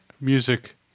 music